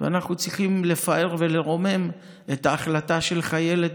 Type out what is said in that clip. ואנחנו צריכים לפאר ולרומם את ההחלטה של חיילת